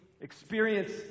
experience